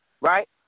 right